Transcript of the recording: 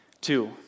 Two